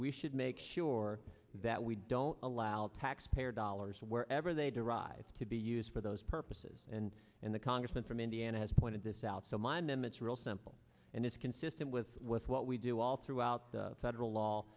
we should make sure that we don't allow taxpayer dollars wherever they derive to be used for those purposes and in the congressman from indiana has pointed this out so mind them it's real simple and it's consistent with with what we do all throughout the federal law